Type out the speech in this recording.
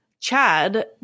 Chad